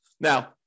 Now